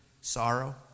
sorrow